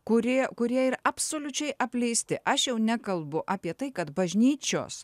kurie kurie yra absoliučiai apleisti aš jau nekalbu apie tai kad bažnyčios